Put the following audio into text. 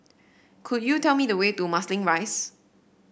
could you tell me the way to Marsiling Rise